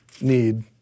need